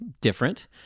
different